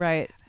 Right